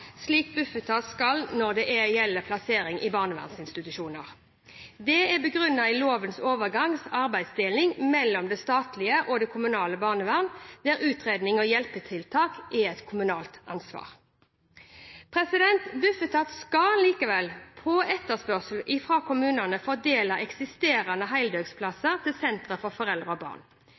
slik Bufetat skal når det gjelder plasser i barnevernsinstitusjoner. Dette er begrunnet i lovens overordnede arbeidsdeling mellom det statlige og det kommunale barnevernet, der utredning og hjelpetiltak er et kommunalt ansvar. Bufetat skal likevel på etterspørsel fra kommunene fordele eksisterende heldøgnsplasser til sentre for foreldre og barn.